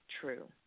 true